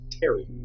Terry